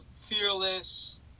fearless